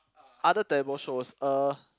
other terrible shows uh